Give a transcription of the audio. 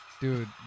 Dude